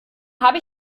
habe